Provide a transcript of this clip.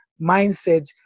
mindset